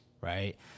right